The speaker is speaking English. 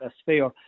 sphere